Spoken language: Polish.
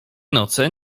noce